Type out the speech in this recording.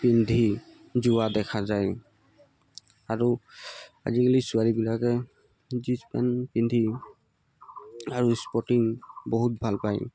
পিন্ধি যোৱা দেখা যায় আৰু আজিকালি ছোৱালীবিলাকে জীন্ছ পেণ্ট পিন্ধি আৰু স্পৰ্টিং বহুত ভাল পায়